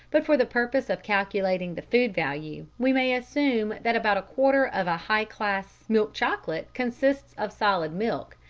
but for the purpose of calculating the food value, we may assume that about a quarter of a high-class milk chocolate consists of solid milk,